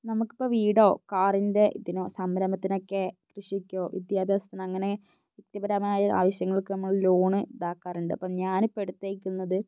നമുക്കിപ്പോൾ വീടോ കാറിൻ്റെ ഇതിനൊ സംരംഭത്തിനൊക്കെ കൃഷിക്കോ വിദ്യാഭ്യാസത്തിനോ അങ്ങനെ വ്യക്തിപരമായ ആവശ്യങ്ങൾക്ക് നമ്മള് ലോൺ ഇതാക്കാറുണ്ട് അപ്പോൾ ഞാനിപ്പോൾ ഇടുത്തേക്കുന്നത്